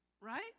Right